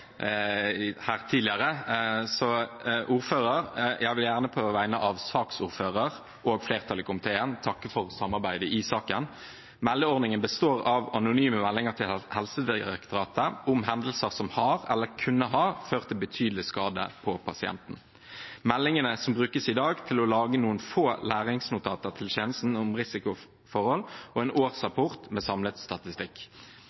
samarbeidet i saken. Meldeordningen består av anonyme meldinger til Helsedirektoratet om hendelser som har, eller kunne ha, ført til betydelig skade på pasienten. Meldingene brukes i dag til å lage noen få læringsnotater til tjenesten om risikoforhold og en